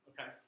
Okay